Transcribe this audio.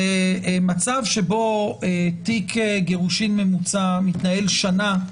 ומצב שבו תיק גירושין ממוצע מתנהל שנה,